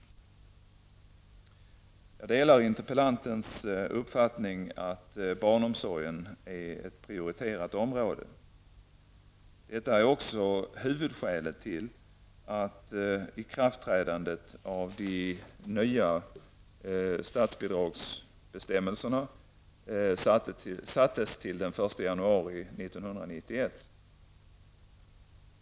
Jag delar interpellantens uppfattning att barnomsorgen är ett prioriterat område. Detta är också huvudskälet till att ikraftträdandet av de nya statsbidragsbestämmelserna sattes till den 1 januari 1991.